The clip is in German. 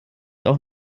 auch